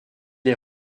est